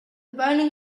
burning